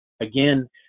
Again